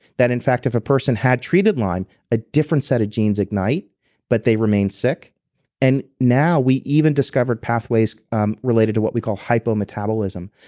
that in fact if a person had treated lyme a different set of genes ignite but they remain sick and now we even discovered pathways um related to what we call hypometabolism.